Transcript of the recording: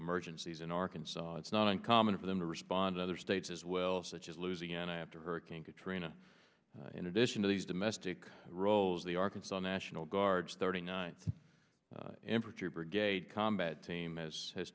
emergencies in arkansas it's not uncommon for them to respond other states as well such as louisiana after hurricane katrina in addition to these domestic roles the arkansas national guard thirty ninth infantry brigade combat team as h